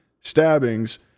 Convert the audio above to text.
stabbings